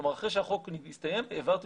כלומר, אחרי שהחוק הסתיים, העברתי